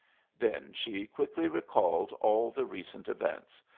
then she quickly recalled all the recent events.